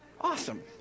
Awesome